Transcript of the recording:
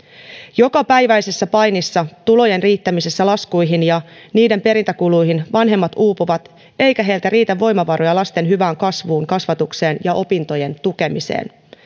jokapäiväisessä painissa tulojen riittämisessä laskuihin ja niiden perintäkuluihin vanhemmat uupuvat eikä heiltä riitä voimavaroja lasten hyvään kasvuun kasvatukseen ja opintojen tukemiseen